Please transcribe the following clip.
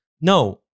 No